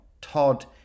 Todd